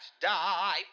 Die